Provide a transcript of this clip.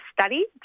study